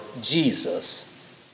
Jesus